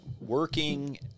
working